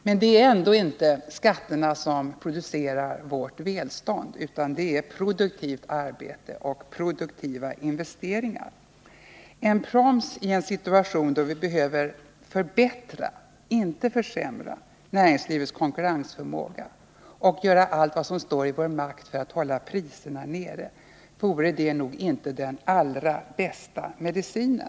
Men det är ändå inte skatterna som skapar vårt välstånd, utan det är produktivt arbete och produktiva investeringar. En proms i en situation då vi behöver förbättra — inte försämra — näringslivets konkurrensförmåga och hålla nere priserna vore nog inte den allra bästa medicinen.